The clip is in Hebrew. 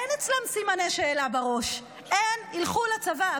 אין אצלן סימני שאלה בראש, הן ילכו לצבא.